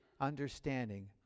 understanding